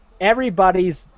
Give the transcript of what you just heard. Everybody's